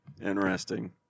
interesting